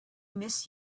miss